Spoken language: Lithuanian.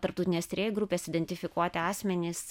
tarptautinės tyrėjų grupės identifikuoti asmenys